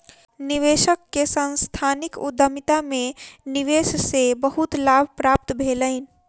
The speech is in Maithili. निवेशक के सांस्थानिक उद्यमिता में निवेश से बहुत लाभ प्राप्त भेलैन